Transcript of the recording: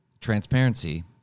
transparency